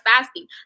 fasting